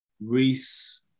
Reese